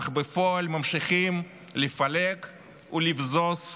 אך בפועל ממשיכים לפלג ולבזוז,